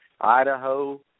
Idaho